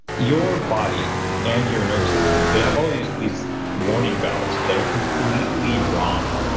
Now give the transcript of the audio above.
your body and your nervous system, they have all these these warning bells that are completely wrong.